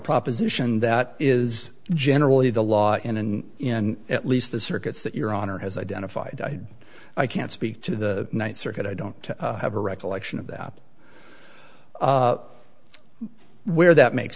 proposition that is generally the law in and in at least the circuits that your honor has identified i can't speak to the ninth circuit i don't have a recollection of that where that makes